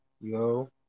yo